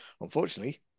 Unfortunately